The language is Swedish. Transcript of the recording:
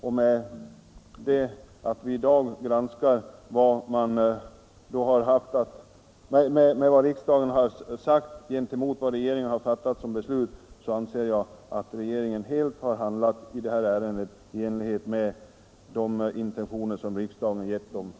Vi har i dag att granska om regeringens handlande överensstämmer med riksdagens beslut, och jag anser att regeringen i detta ärende helt handlat i enlighet med de intentioner som riksdagen angivit.